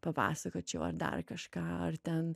papasakočiau ar dar kažką ar ten